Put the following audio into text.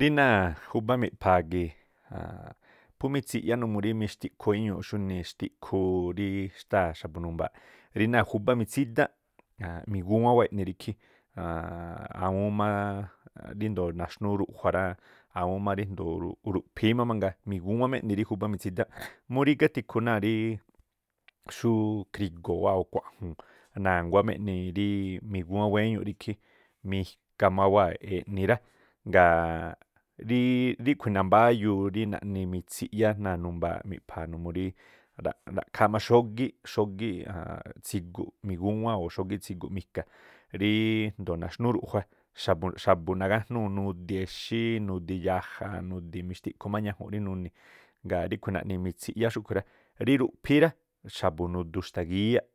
Rííꞌ náa̱ júbá miꞌpha̱a̱ gii̱ phú mitsiꞌyá numuu rí mixtiꞌkhu éñuuꞌ xúnii extikhuu rí xtáa̱ xa̱bu̱ numbaaꞌ rí náa̱ júbá mitsídánꞌ migúwán wáa̱ eꞌni rí ikhí awúún máá ríndo̱o naxnúú ruꞌjua̱ rá, awúún má ríndo̱o ruꞌphii má mangaa migúwán má eꞌni̱ rí júbá mitsídánꞌ, mu rígá tikhu náa̱ rí xú krigo̱o̱ wáú o̱ kuaꞌju̱u̱n na̱nguá má rí migúwán wéñuuꞌ rí ikhí, mika̱ máwáa̱ eꞌni rá, ngaa̱ ríꞌkhui̱ nambáyuu rí naꞌni mitsiꞌyá náa̱ numbaa miꞌpha̱a̱ numuu rí ra̱ꞌkhááꞌ má xógíꞌ xógíꞌ tsiguꞌ migúwán o̱ xógíꞌ tsiguꞌ mika. Rííndo̱o naxnúú ruꞌjua xa̱bu̱ nagájnúu̱ nudi exí, nudi yaja, nudi mixtiꞌkhu má ñajunꞌ rí nuni̱ ngaa̱ ríꞌkhu̱ naꞌni mitsiꞌyá. Rí ruꞌphíí rá xa̱bu̱ nudu xtagíyáꞌ,